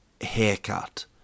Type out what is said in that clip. haircut